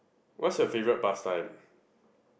what's your favourite past time